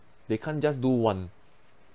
they can't just do one